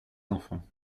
enfants